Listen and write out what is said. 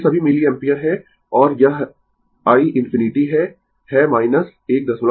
ये सभी मिलिएम्पियर है और यह i ∞ है है 104